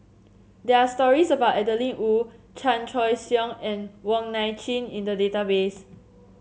there are stories about Adeline Ooi Chan Choy Siong and Wong Nai Chin in the database